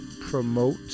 promote